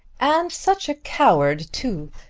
and such a coward too!